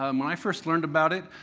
um when i first learned about it,